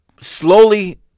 Slowly